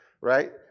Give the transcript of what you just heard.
right